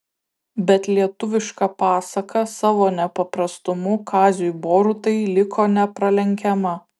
bet lietuviška pasaka savo nepaprastumu kaziui borutai liko nepralenkiama